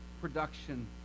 production